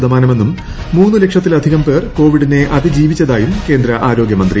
ശതമാനമെന്നും മൂന്നു ലക്ഷത്തിലുള്ളികം പേർ കോവിഡിനെ അതിജീവിച്ചതായും ്കേന്ദ്ര ആരോഗ്യമന്ത്രി